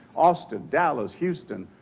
austin, dallas, houston.